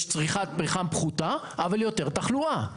יש צריכת פחם פחותה, אבל יותר תחלואה.